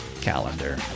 Calendar